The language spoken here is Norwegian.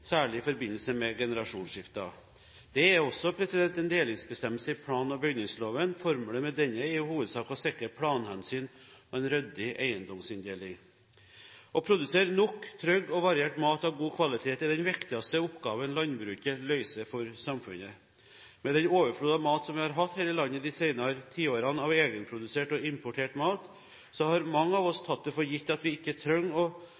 særlig i forbindelse med generasjonsskifter. Det er også en delingsbestemmelse i plan- og bygningsloven. Formålet med denne er i hovedsak å sikre planhensyn og en ryddig eiendomsinndeling. Å produsere nok, trygg og variert mat av god kvalitet er den viktigste oppgaven landbruket løser for samfunnet. Med den overflod av mat vi har hatt her i landet de senere tiårene – egenprodusert og importert mat – har mange av oss tatt det for gitt at vi ikke trenger